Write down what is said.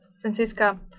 Francisca